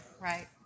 Right